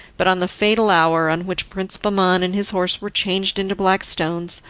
but on the fatal hour on which prince bahman and his horse were changed into black stones,